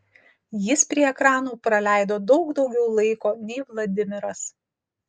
jis prie ekranų praleido daug daugiau laiko nei vladimiras